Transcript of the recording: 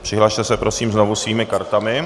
Přihlaste se, prosím, znovu svými kartami.